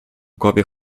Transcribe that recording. głowie